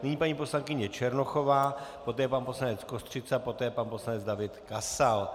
Nyní paní poslankyně Černochová, poté pan poslanec Kostřica, poté pan poslanec David Kasal.